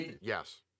Yes